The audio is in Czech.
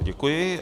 Děkuji.